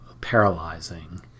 paralyzing